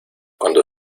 cuando